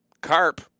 carp